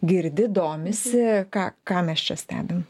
girdi domisi ką ką mes čia stebim